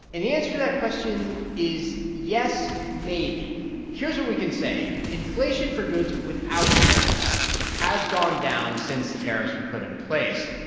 and the answer to that question is, yes, maybe here's what we can say. inflation for goods without tariffs has gone down since the tariffs were put in place,